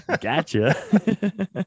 Gotcha